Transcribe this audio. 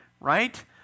Right